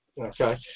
Okay